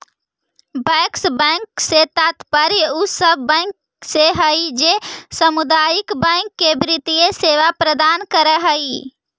bankers bank से तात्पर्य उ सब बैंक से हइ जे सामुदायिक बैंक के वित्तीय सेवा प्रदान करऽ हइ